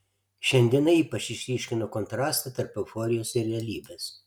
šiandiena ypač išryškino kontrastą tarp euforijos ir realybės